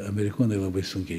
amerikonai labai sunkiai